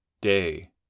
day